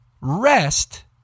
rest